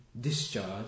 discharge